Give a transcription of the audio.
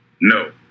No